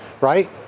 right